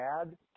add